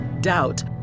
Doubt